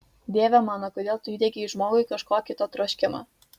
dieve mano kodėl tu įdiegei žmogui kažko kito troškimą